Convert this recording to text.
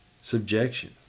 subjection